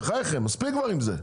בחייכם, מספיק כבר עם זה.